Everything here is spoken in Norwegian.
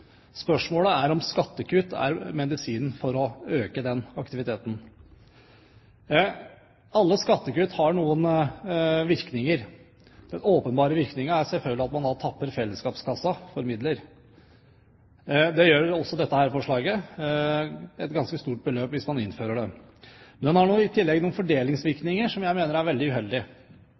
Spørsmålet er om skattekutt er medisinen for å øke aktiviteten. Alle skattekutt har noen virkninger. Den åpenbare virkningen er selvfølgelig at man tapper fellesskapskassen for midler. Det gjør man også – med et ganske stort beløp – hvis man innfører dette forslaget. Men det har i tillegg noen fordelingsvirkninger som jeg mener er veldig